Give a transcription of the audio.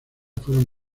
fueron